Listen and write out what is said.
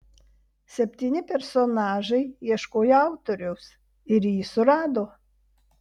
septyni personažai ieškojo autoriaus ir jį surado